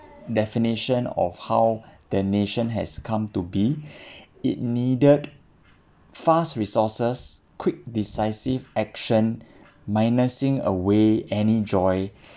definition of how the nation has come to be it needed fast resources quick decisive action minusing away any joy